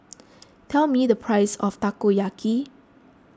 tell me the price of Takoyaki